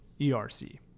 ERC